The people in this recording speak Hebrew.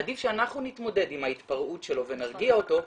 עדיף שאנחנו נתמודד עם ההתפרעות שלו ונרגיע אותו,